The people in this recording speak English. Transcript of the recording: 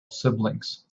siblings